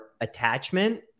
attachment